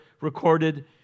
recorded